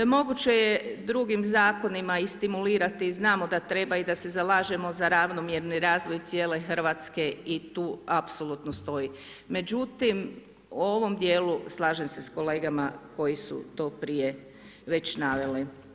Moguće je drugim zakonima i stimulirati i znamo da treba i da se zalažemo za ravnomjerni razvoj cijele Hrvatske i tu apsolutno stoji, međutim u ovom dijelu slažem se s kolegama koji su to prije već naveli.